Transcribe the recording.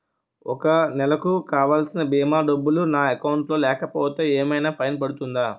ఒక నెలకు కావాల్సిన భీమా డబ్బులు నా అకౌంట్ లో లేకపోతే ఏమైనా ఫైన్ పడుతుందా?